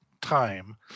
time